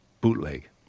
bootleg